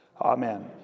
Amen